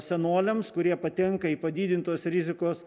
senoliams kurie patenka į padidintos rizikos